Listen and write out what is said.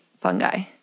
fungi